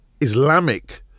Islamic